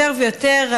יותר ויותר,